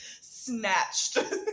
snatched